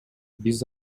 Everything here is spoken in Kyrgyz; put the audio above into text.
биз